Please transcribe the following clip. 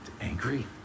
angry